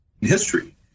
history